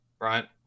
right